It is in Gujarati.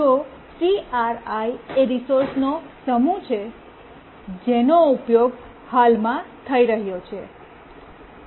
જો CRi એ રિસોર્સનો સમૂહ છે જેનો ઉપયોગ હાલમાં થઈ રહ્યો છે